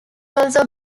also